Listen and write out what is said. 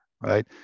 right